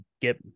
get